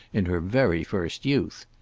in her very first youth.